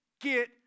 get